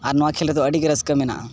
ᱟᱨ ᱱᱚᱣᱟ ᱠᱷᱮᱹᱞ ᱨᱮᱫᱚ ᱟᱹᱰᱤᱜᱮ ᱨᱟᱹᱥᱠᱟᱹ ᱢᱮᱱᱟᱜᱼᱟ